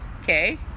Okay